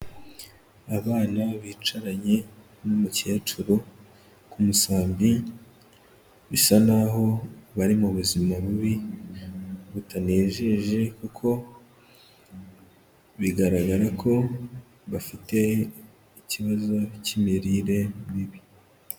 Abana bicaranye n'umukecuru ku musambi, bisa nk'aho bari mu buzima bubi butanejeje, kuko bigaragara ko bafite ikibazo cy'imirire mibi.